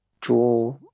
draw